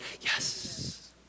Yes